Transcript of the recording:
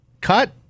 cut